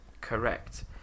Correct